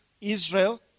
Israel